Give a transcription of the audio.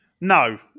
No